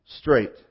straight